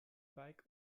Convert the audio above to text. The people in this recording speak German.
bike